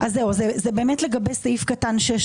זה באמת לגבי סעיף קטן (6)